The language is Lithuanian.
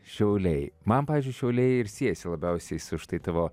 šiauliai man pavyzdžiui šiauliai ir siejasi labiausiai su štai tavo